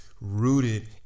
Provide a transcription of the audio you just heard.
rooted